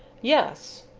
yes.